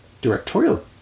directorial